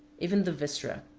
even the viscera.